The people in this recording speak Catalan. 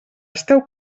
esteu